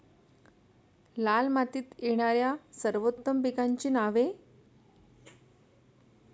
लाल मातीत येणाऱ्या सर्वोत्तम पिकांची नावे?